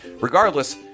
Regardless